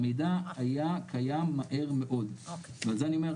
המידע היה קיים מהר מאוד ועל זה אני אומר,